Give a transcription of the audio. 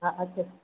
हा अचो